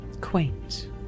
Quaint